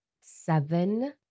seven